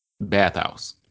bathhouse